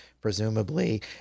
presumably